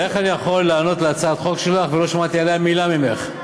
איך אני יכול לענות על הצעת חוק שלך כשלא שמעתי עליה מילה ממך?